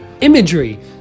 imagery